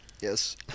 Yes